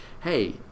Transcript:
Hey